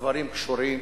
הדברים קשורים,